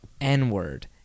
N-word